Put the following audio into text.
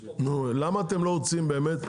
למה אתם לא רוצים באמת?